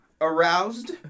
aroused